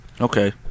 Okay